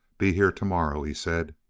be here to-morrow, he said.